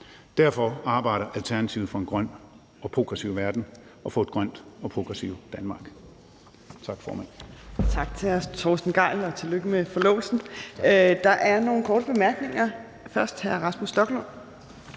Derfor arbejder Alternativet for en grøn og progressiv verden og for et grønt og progressivt Danmark.